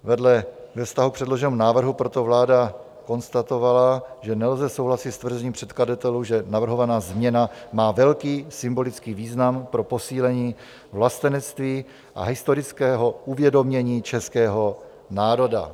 Ve vztahu k předloženému návrhu proto vláda konstatovala, že nelze souhlasit s tvrzením předkladatelů, že navrhovaná změna má velký symbolický význam pro posílení vlastenectví a historického uvědomění českého národa.